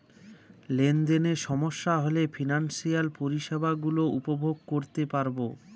লেনদেনে সমস্যা হলে ফিনান্সিয়াল পরিষেবা গুলো উপভোগ করতে পারবো